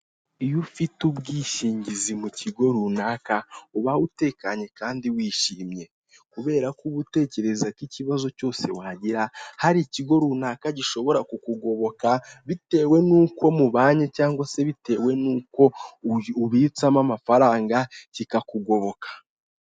iIyo ufite ubwishingizi mu kigo runaka ubaho utekanye kandi wishimye, kubera ko uba utekereza ko ikibazo cyose wagira hari ikigo runaka gishobora kukugoboka bitewe n'uko mubanye cyangwa se bitewe n'uko uyu ubitsamo amafaranga kikakugoboka.